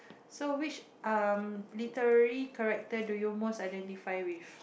so which um literary character do you most identify with